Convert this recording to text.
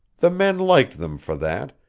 the men liked them for that,